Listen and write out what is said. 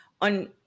on